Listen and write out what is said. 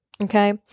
okay